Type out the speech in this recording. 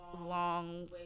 long